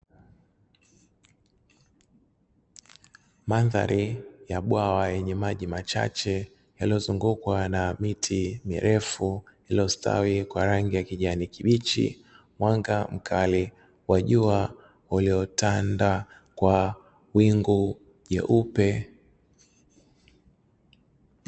Mandhari ya bwawa yenye maji machache yaliyozungukwa na miti mirefu iliyostawi kwa rangi ya kijani kibichi, mwanga mkali wa jua uliotanda kwa wingu nyeupe.